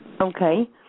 Okay